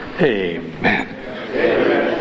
Amen